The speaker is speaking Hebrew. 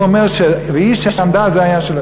הוא אומר: "והיא שעמדה" זה העניין של,